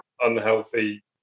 unhealthy